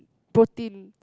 protein